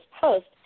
post